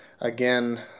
again